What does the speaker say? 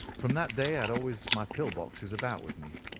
from that day i had always my pill boxes about with me,